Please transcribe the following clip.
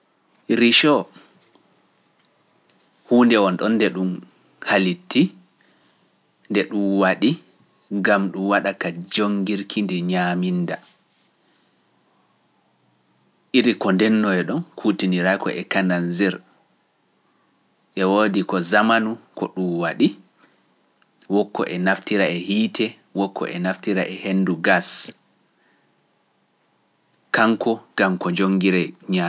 Risho huunde won ɗon nde ɗum halitti, nde ɗum waɗi, ngam ɗum waɗa ka joongirki ndi ñaaminda. Iri ko ndennoo e ɗon kutinira ko e kanal Zer. E woodi ko jamaanu ko ɗum waɗi, woko e naftira e hiite, woko e naftira e hendu gas, kanko gam ko njongire ñaamde.